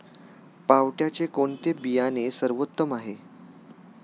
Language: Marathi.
पावट्याचे कोणते बियाणे सर्वोत्तम आहे?